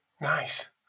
Nice